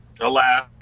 Alas